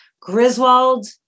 Griswold